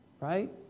right